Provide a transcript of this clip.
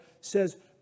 says